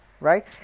right